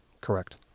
Correct